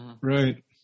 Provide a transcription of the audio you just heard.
Right